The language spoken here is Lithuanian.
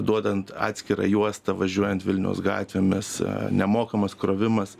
duodant atskirą juostą važiuojant vilniaus gatvėmis nemokamas krovimas